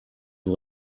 aux